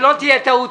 שלא תהיה טעות,